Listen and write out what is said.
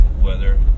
weather